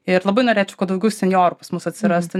ir labai norėčiau kad daugiau senjorų pas mus atsirastų